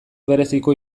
bereziko